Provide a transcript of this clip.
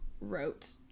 wrote